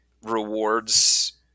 rewards